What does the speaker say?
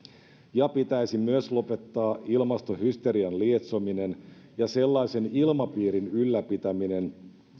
pitäisi myös lopettaa ilmastohysterian lietsominen ja sellaisen ilmapiirin ylläpitäminen